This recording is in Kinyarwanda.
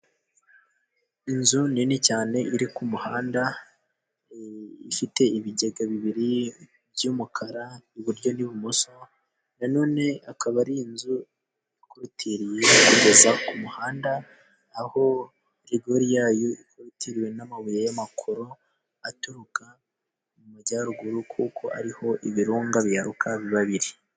Inzu nini cyane iri ku muhanda, ifite ibigega bibiri by'umukara iburyo n'ibumoso. Na none ikaba ari inzu ikorotiriye kugeza ku muhanda, aho rigori yayo ikorotiriwe n'amabuye y'amakoro aturuka mu majyaruguru, kuko ariho ibirunga biyaruka biba biri.